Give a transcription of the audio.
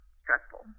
stressful